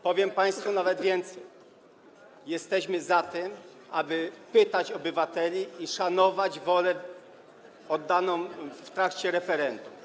Powiem państwu nawet więcej: jesteśmy za tym, aby pytać obywateli i szanować wolę wyrażoną w trakcie referendum.